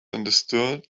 understood